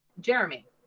Jeremy